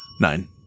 nine